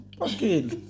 Okay